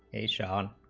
a shot